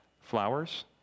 flowers